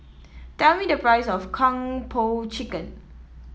tell me the price of Kung Po Chicken